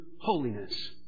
holiness